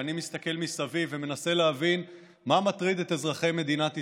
כשאני מסתכל מסביב ומנסה להבין מה מטריד את אזרחי מדינת ישראל,